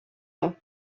ans